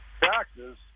Taxes